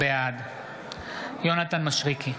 בעד יונתן מישרקי,